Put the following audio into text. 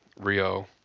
rio